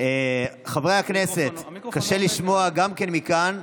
חברי הכנסת, קשה לשמוע גם מכאן.